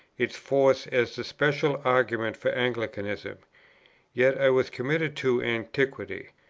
its force as the special argument for anglicanism yet i was committed to antiquity,